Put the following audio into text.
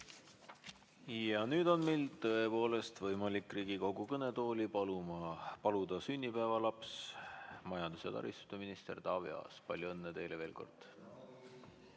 Ja nüüd on meil tõepoolest võimalik Riigikogu kõnetooli paluda sünnipäevalaps, majandus- ja taristuminister Taavi Aas. Palju õnne teile veel kord!